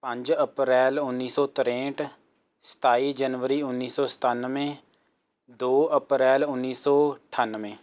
ਪੰਜ ਅਪ੍ਰੈਲ ਉੱਨੀ ਸੌ ਤ੍ਰੇਹਠ ਸਤਾਈ ਜਨਵਰੀ ਉੱਨੀ ਸੌ ਸਤਾਨਵੇਂ ਦੋ ਅਪ੍ਰੈਲ ਉੱਨੀ ਸੌ ਅਠਾਨਵੇਂ